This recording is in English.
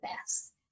best